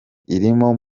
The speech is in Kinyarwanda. irimo